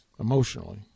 Emotionally